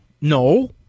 No